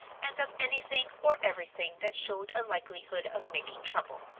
and of anything or everything that showed a likelihood of making trouble.